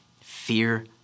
Fear